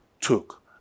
took